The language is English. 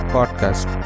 Podcast